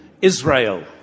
Israel